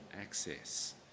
access